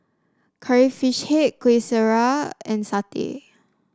Curry Fish Head Kueh Syara and satay